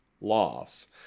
loss